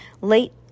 late